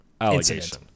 allegation